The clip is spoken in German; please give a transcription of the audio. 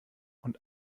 und